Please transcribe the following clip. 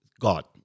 God